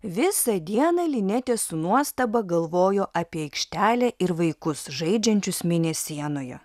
visą dieną linetė su nuostaba galvojo apie aikštelę ir vaikus žaidžiančius mėnesienoje